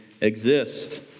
exist